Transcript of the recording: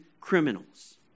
criminals